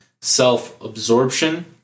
self-absorption